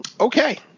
Okay